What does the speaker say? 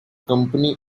company